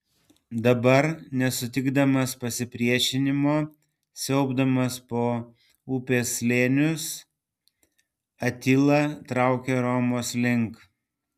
dabar nesutikdamas pasipriešinimo siaubdamas po upės slėnius atila traukia romos link